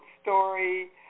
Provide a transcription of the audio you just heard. story